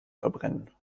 verbrennen